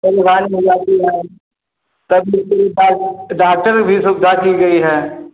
कोई बीमारी हो जाती हैं तब उसमे डाक डॉक्टर की भी सुविधा की गई है